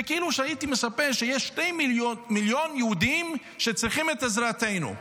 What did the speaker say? זה כאילו הייתי מספר שיש שני מיליון יהודים שצריכים את עזרתנו.